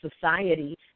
society